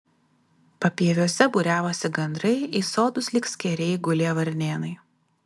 papieviuose būriavosi gandrai į sodus lyg skėriai gulė varnėnai